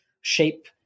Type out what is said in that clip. shape